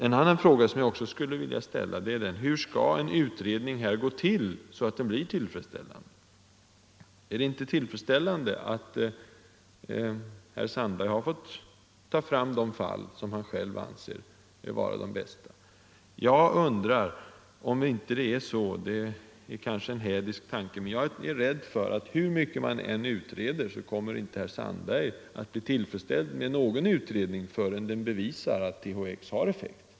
En annan fråga som jag också vill ställa är denna: Hur skall en utredning gå till för att den skall kunna anses tillfredsställande? Är det inte tillfredsställande att herr Sandberg har fått ta fram de fall som han själv anser vara de bästa? Jag undrar om det inte är så att hur mycket man än utreder, kommer herr Sandberg ändå inte att vara tillfredsställd med någon utredning förrän den bevisar att THX har effekt.